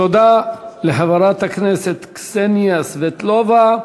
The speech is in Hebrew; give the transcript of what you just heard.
תודה לחברת הכנסת קסניה סבטלובה.